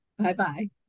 Bye-bye